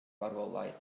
farwolaeth